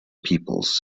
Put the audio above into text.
peoples